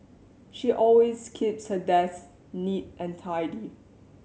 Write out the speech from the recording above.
she always keeps her desk neat and tidy